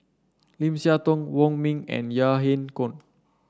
Lim Siah Tong Wong Ming and Yahya Cohen